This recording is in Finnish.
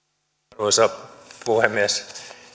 arvoisa puhemies